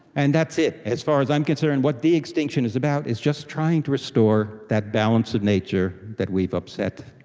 and that's it. as far as i'm concerned, what de-extinction is about is just trying to restore that balance of nature that we've upset.